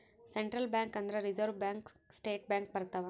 central bank ಅಂದ್ರ reserve bank state bank ಬರ್ತವ